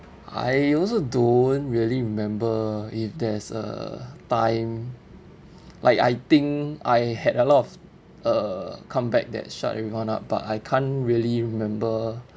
I also don't really remember if there's a time like I think I had a lot of uh comeback that shut everyone up but I can't really remember